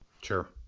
Sure